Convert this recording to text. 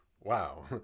Wow